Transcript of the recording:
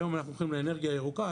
היום אנחנו הולכים לאנרגיה ירוקה,